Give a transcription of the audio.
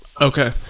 Okay